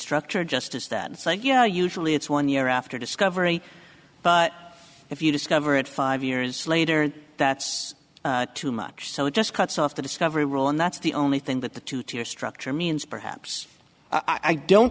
structure of justice that say you know usually it's one year after discovery but if you discover it five years later that's too much so it just cuts off the discovery rule and that's the only thing that the two tier structure means perhaps i don't